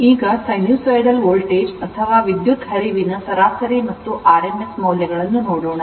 ಈಗ sinusoidal voltage ಅಥವಾ ವಿದ್ಯುತ್ ಹರಿವಿನ ಸರಾಸರಿ ಮತ್ತು rms ಮೌಲ್ಯಗಳನ್ನು ನೋಡೋಣ